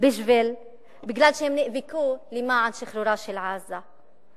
בגלל שהם נאבקו למען שחרורה של עזה.